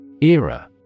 Era